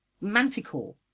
manticore